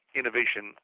innovation